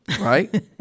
right